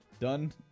Done